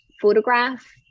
photograph